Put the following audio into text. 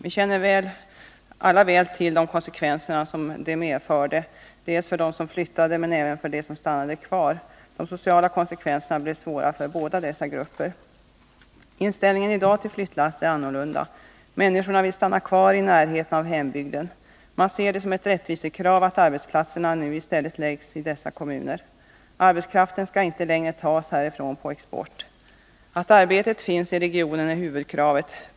Vi känner alla väl till de konsekvenser detta medförde, bl.a. för dem som flyttade men även för dem som stannade kvar. De sociala konsekvenserna blev svåra för båda dessa grupper. Inställningen till flyttlass är i dag annorlunda. Människorna vill stanna kvar i närheten av hembygden, och man ser det som ett rättvisekrav att arbetsplatserna nu i stället läggs i dessa kommuner. Arbetskraften skall inte längre tas härifrån på export. Att arbetet finns i regionen är huvudkravet.